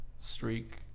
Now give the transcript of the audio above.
streak